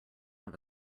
have